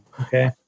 Okay